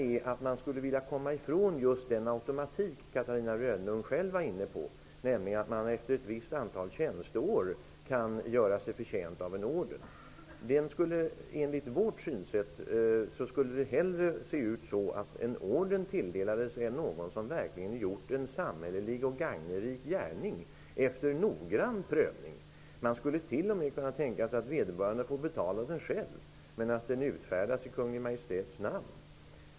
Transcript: Vi skulle också vilja komma ifrån den ordning som Catarina Rönnung själv berörde, nämligen att man efter ett visst antal tjänsteår automatiskt har gjort sig förtjänt av en orden. Enligt vårt synsätt skulle en orden efter noggrann prövning tilldelas den som verkligen har gjort en samhällelig och gagnelig gärning. Man skulle t.o.m. kunna tänka sig att vederbörande själv fick betala den men att den utfärdades i kunglig majestäts namn.